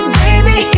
baby